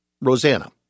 Rosanna